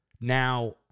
Now